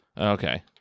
okay